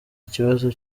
ikibazo